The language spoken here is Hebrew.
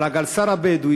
אבל הגדס"ר הבדואי,